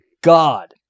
God